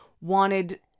wanted